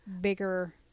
bigger